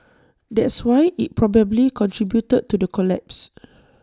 that's why IT probably contributed to the collapse